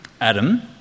Adam